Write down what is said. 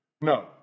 No